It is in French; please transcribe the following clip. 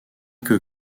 que